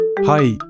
Hi